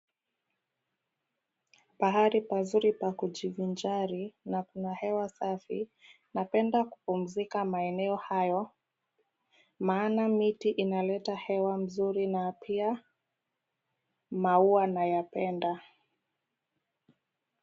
Pahali pazuri pa kujivinjari na kuna hewa safi, 𝑛𝑎penda kupumzika maeneo hayo, maana miti inaleta hewa mzuri na pia maua nayapenda.